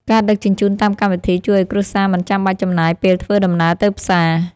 ការដឹកជញ្ជូនតាមកម្មវិធី ជួយឱ្យគ្រួសារមិនចាំបាច់ចំណាយពេលធ្វើដំណើរទៅផ្សារ។